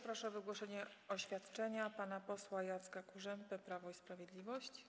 Proszę o wygłoszenie oświadczenia pana posła Jacka Kurzępę, Prawo i Sprawiedliwość.